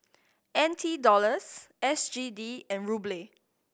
N T Dollars S G D and Ruble